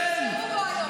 שיבחרו בו היום?